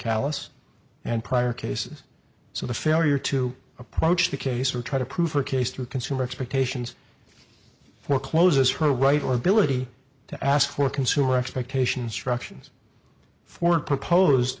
callous and prior cases so the failure to approach the case or try to prove her case through consumer expectations forecloses her right or ability to ask for consumer expectations struction for propose